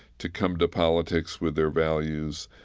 to come to politics with their values,